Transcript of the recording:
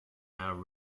our